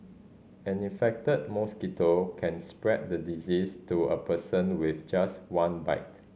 an infected mosquito can spread the disease to a person with just one bite